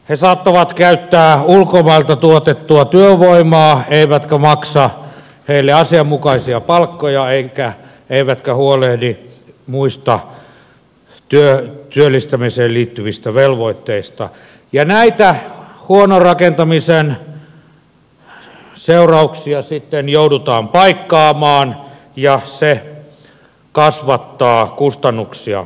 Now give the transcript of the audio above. he saattavat käyttää ulkomailta tuotettua työvoimaa eivätkä maksa heille asianmukaisia palkkoja eivätkä huolehdi muista työllistämiseen liittyvistä velvoitteista ja näitä huonon rakentamisen seurauksia sitten joudutaan paikkaamaan ja se kasvattaa kustannuksia